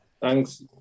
Thanks